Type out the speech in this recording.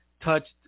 touched